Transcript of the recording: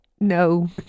No